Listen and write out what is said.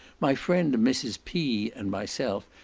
my friend mrs. p, and myself,